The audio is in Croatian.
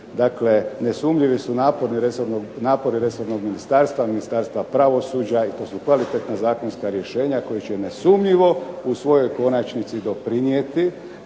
Dakle, nesumnjivi su napori resornog ministarstva, Ministarstva pravosuđa i to su kvalitetna zakonska rješenja koja će nesumnjivo u svojoj konačnici doprinijeti